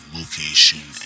location